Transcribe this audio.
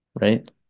right